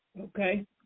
Okay